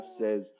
says